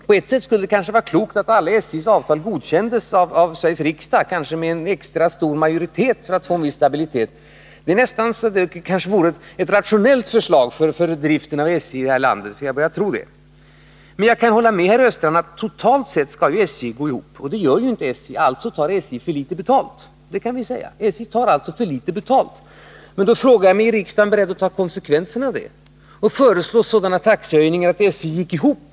På ett sätt skulle det kanske vara klokt att alla SJ:s avtal godkändes av Sveriges riksdag, med en extra stor majoritet för att det skulle bli en viss stabilitet. Det kanske vore ett rationellt sätt när det gäller driften av SJ — jag börjar tro det. Jag kan hålla med herr Östrand om att SJ totalt sett skall gå ihop. Det gör SJ inte — alltså tar SJ för litet betalt, det kan vi säga. Då frågar jag mig: Är riksdagen beredd att ta konsekvenserna av det och föreslå sådana taxehöjningar att SJ går ihop?